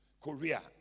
korea